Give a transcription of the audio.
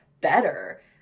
better